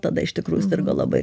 tada iš tikrųjų sirgo labai